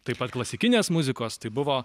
taip pat klasikinės muzikos tai buvo